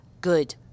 good